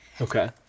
Okay